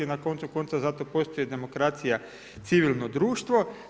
Na koncu konca zato postoji demokracija civilno društvo.